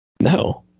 No